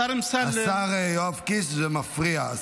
השר אמסלם, השר יואב קיש, זה מפריע.